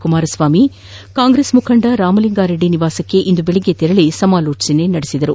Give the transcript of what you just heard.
ಕುಮಾರಸ್ವಾಮಿ ಕಾಂಗ್ರೆಸ್ ಮುಖಂಡ ರಾಮಲಿಂಗಾ ರೆಡ್ಡಿ ನಿವಾಸಕ್ಕೆ ಇಂದು ಬೆಳಗ್ಗೆ ತೆರಳಿ ಸಮಾಲೋಚನೆ ನಡೆಸಿದರು